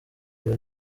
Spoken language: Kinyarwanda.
uyu